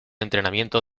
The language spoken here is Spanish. entrenamiento